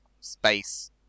Space